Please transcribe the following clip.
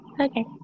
Okay